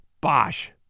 Bosh